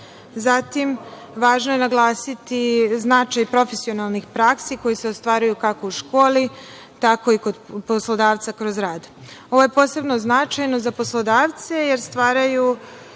Zatim, važno je naglasiti značaj profesionalnih praksi, koje se ostvaruju kako u školi, tako i kod poslodavca kroz rad. Ovo je posebno značajno za poslodavce, jer stvaraju